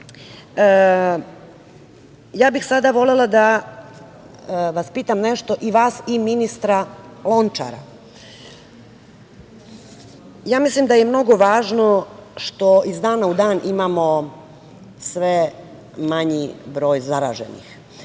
bih volela da vas pitam nešto, i vas i ministra Lončara. Mislim da je mnogo važno što iz dana u dan imamo sve manji broj zaraženih.